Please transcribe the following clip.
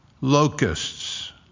locusts